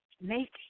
make